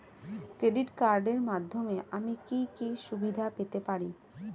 Credit কার্ডের মাধ্যমে আমি কি কি সুবিধা পেতে পারি?